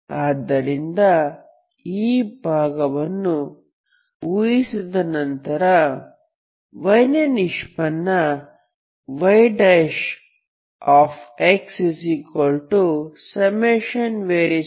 ಆದ್ದರಿಂದ ಈ ಭಾಗವನ್ನು ಊಹಿಸಿದ ನಂತರ y ನ ನಿಷ್ಪನ್ನ yxn0nk